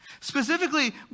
Specifically